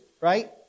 right